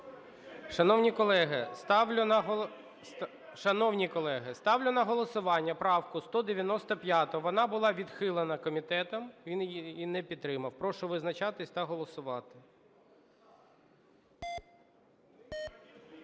Шановні колеги, ставлю на голосування правку 195. Вона була відхилена комітетом, він її не підтримав. Прошу визначатися та голосувати.